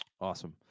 Awesome